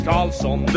Carlson